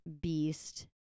beast